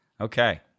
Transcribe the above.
Okay